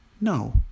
no